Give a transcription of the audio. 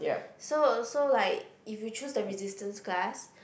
so so like if you choose the Resistance Class